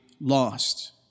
lost